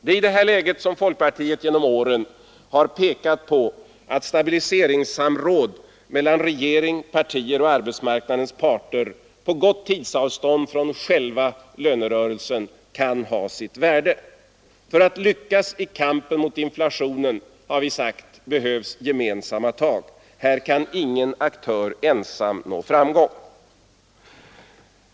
I det läget har folkpartiet genom åren pekat på att stabiliseringssamråd mellan regering, partier och arbetsmarknadens parter på gott tidsavstånd från själva lönerörelsen kan ha sitt värde. För att lyckas i kampen mot inflationen behövs, har vi sagt, gemensamma tag. Här kan ingen aktör ensam nå framgång.